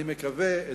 אני מקווה מאוד,